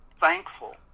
thankful